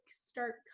start